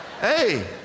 hey